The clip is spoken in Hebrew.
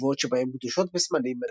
הנבואות שבהם גדושות בסמלים,